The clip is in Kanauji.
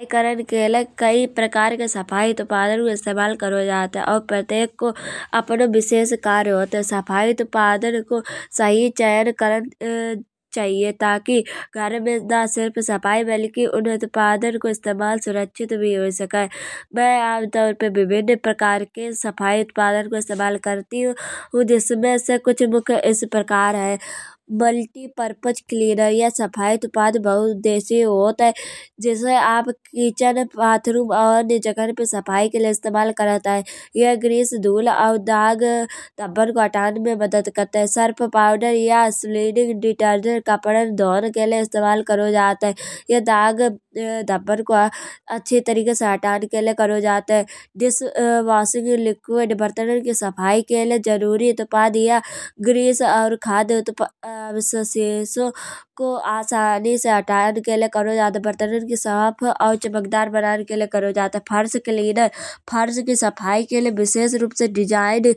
सफाई करण के लाए कई प्रकार के सफाई उत्पादन को इस्तेमाल करो जात है। और प्रत्येक को अपनौ विशेष कार्य होत है। सफाई उत्पादन को सही चयन करण चाहिए। ताकि घर में न केवल सफाई बल्की उन उत्पादन को इस्तेमाल सुरक्षित भी हुई सकाए। मै आम तौर पे विभिन्न प्रकार के सफाई उत्पादन को इस्तेमाल करती हूँ। जिनमे से कुछ मुख्य इस प्रकार है। मल्टी पर्पस क्लीनर ये सफाई उत्पादन बहु उद्देश्यी होत है। जिसे आप किचन बाथरूम अन्य जगन पे सफाई के लाए इस्तेमाल करत है। ये ग्रीस धूल और दाग धब्बान को हातन में मदद करत है। सर्फ पाउडर या स्लेडिंग डेटर्जेंट कपड़न धोन के लाए इस्तेमाल करो जात है। ये दाग धब्बान को अच्छी तरह से हटान के लाए करो जात है। डिश वाशिंग लिक्विड बर्तनों की सफाई के लाए जरूरी उत्पादन ये ग्रीस या खाद्य अवशेषों को आसानी से हटान के लाए करो जात है। बर्तनों को साफ और चमकदार बनान के लाए करो जात है। फर्श क्लीनर फर्श की सफाई के लाए विशेष रूप से डिज़ाइन